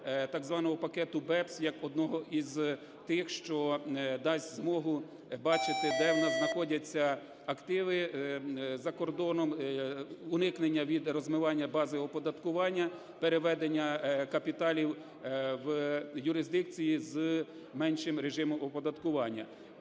так званого пакету BEPS як одного із тих, що дасть змогу бачити, де в нас знаходяться активи за кордоном, уникнення від розмивання бази оподаткування, переведення капіталів в юрисдикції з меншим режимом оподаткування.